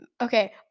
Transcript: okay